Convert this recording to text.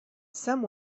some